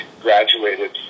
graduated